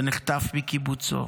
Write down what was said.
ונחטף מקיבוצו,